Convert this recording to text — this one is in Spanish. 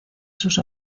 sus